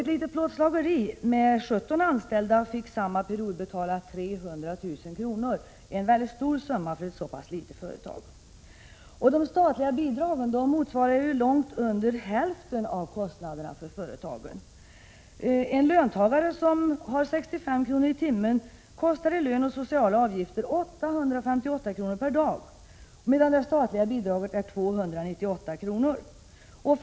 Ett litet plåtslageri med 17 anställda fick under samma period betala 300 000 kr. — en stor summa för ett så pass litet företag. De statliga bidragen motsvarar inte ens hälften av kostnaderna för företagen. En löntagare som har 65 kr. i timmen kostar i lön och sociala avgifter 858 kr. per dag, medan det statliga bidraget är 298 kr. per dag.